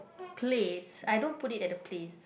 please I don't put it at the place